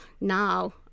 now